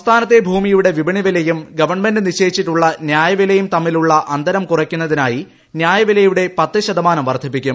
സംസ്ഥാനത്തെ ഭൂമിയുടെ വിപണി ൃവിലയും ഗവൺമെന്റ് നിശ്ചയിച്ചിട്ടുള്ള ന്യായവിലയും പ്രക്ത്മ്മിലുള്ള അന്തരം കുറയ്ക്കുന്നതിനായി ന്യായവില്യുടെ പത്ത് ശതമാനം വർദ്ധിപ്പിക്കും